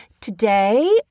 Today